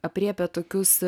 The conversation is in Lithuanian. aprėpia tokius